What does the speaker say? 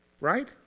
Right